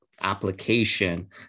application